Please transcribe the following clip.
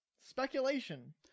Speculation